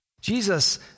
Jesus